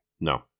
No